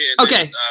Okay